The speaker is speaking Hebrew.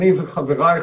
אני וחבריי,